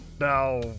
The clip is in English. now